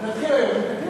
נתחיל, נתקן.